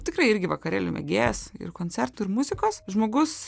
tikrai irgi vakarėlių mėgėjas ir koncertų ir muzikos žmogus